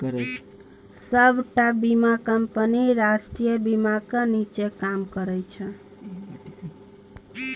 सबटा बीमा कंपनी राष्ट्रीय बीमाक नीच्चेँ काज करय छै